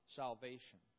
salvation